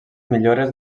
millores